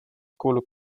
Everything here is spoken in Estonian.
kuulub